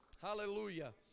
Hallelujah